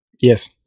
Yes